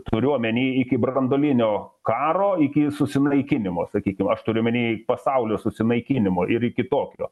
turiu omeny iki branduolinio karo iki susinaikinimo sakykim aš turiu omeny pasaulio susinaikinimo ir iki tokio